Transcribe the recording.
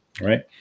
Right